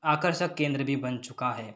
आकर्षक केंद्र भी बन चुका है